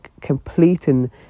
completing